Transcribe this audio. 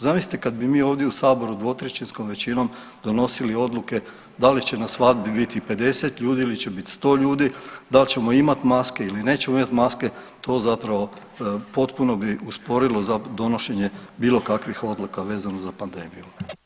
Zamislite kad bi mi ovdje u saboru dvotrećinskom većinom donosili odluke da li će na svadbi biti 50 ljudi ili će bit 100 ljudi, dal ćemo imat maske ili nećemo imat maske to zapravo potpuno bi usporilo donošenje bilo kakvih odluka vezano za pandemiju.